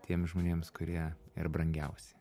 tiems žmonėms kurie yra brangiausi